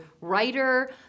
writer